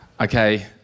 Okay